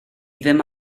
ddim